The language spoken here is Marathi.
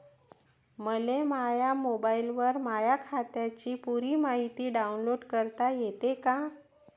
मले माह्या मोबाईलवर माह्या खात्याची पुरी मायती डाऊनलोड करता येते का?